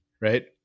Right